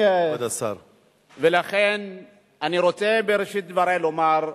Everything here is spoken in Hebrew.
בראשית דברי אני רוצה לומר: